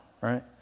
right